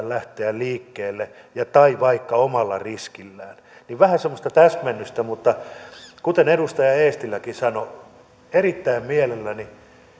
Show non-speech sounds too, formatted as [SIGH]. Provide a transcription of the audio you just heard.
[UNINTELLIGIBLE] lähteä liikkeelle tai vaikka omalla riskillään että vähän semmoista täsmennystä mutta kuten edustaja eestiläkin sanoi erittäin mielelläni